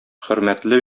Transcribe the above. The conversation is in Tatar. хөрмәтле